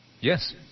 Yes